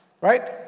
right